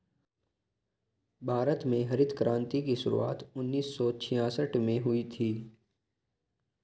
भारत में हरित क्रान्ति की शुरुआत उन्नीस सौ छियासठ में हुई थी